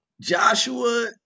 Joshua